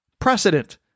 Precedent